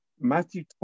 Matthew